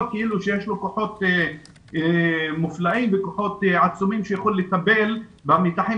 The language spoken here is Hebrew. כאילו יש לו כוחות מופלאים וכוחות עצומים שיכול לטפל במתחים